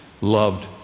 loved